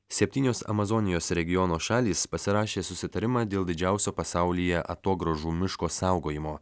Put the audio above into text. septynios amazonijos regiono šalys pasirašė susitarimą dėl didžiausio pasaulyje atogrąžų miško saugojimo